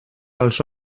als